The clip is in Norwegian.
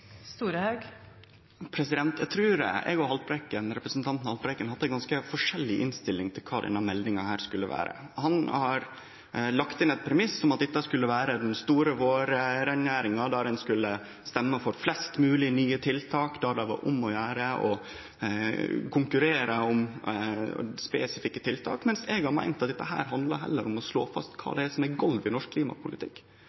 Storehaug sier, hvorfor stemmer de da mot omtrent samtlige konkrete forslag til utslippskutt? Eg trur eg og representanten Haltbrekken har hatt ei ganske forskjellig innstilling til kva denne meldinga skulle vere. Han har lagt inn ein premiss om at dette skulle vere den store vårreingjeringa der ein skulle stemme for flest mogleg nye tiltak, der det var om å gjere å konkurrere om spesifikke tiltak, mens eg har meint at dette heller handlar om å slå fast kva